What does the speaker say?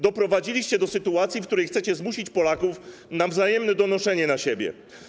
Doprowadziliście do sytuacji, w której chcecie zmusić Polaków do wzajemnego donoszenia na siebie.